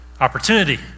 opportunity